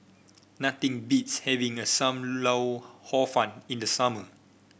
nothing beats having a some lau Hor Fun in the summer